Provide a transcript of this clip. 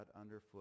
underfoot